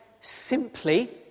simply